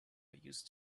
used